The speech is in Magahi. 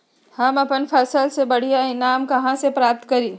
हम अपन फसल से बढ़िया ईनाम कहाँ से प्राप्त करी?